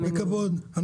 נכון,